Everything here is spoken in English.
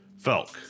Felk